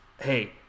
hey